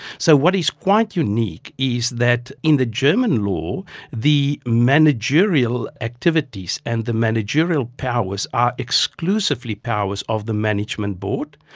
so what is quite unique is that in the german law the managerial activities and the managerial powers are exclusively powers of the management board,